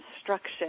instruction